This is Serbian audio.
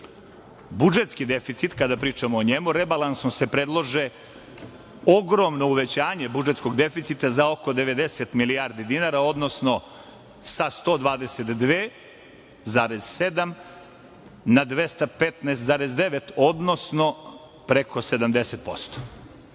deficit, kada pričamo o njemu, rebalansom se predlaže ogromno uvećanje budžetskog deficita, za oko 90 milijardi dinara, odnosno sa 122,7 na 215,9, odnosno preko 70%.